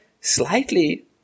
slightly